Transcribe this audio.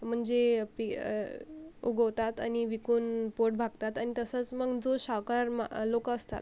म्हणजे पि उगवतात आणि विकून पोट भागतात अन् तसंस मग जो सावकार मा लोकं असतात